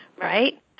right